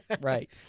Right